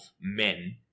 men